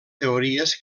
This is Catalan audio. teories